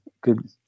Good